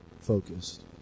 focused